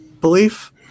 belief